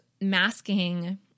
masking